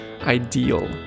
ideal